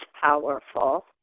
powerful